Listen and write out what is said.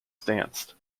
stance